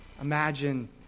Imagine